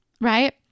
right